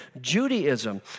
Judaism